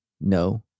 no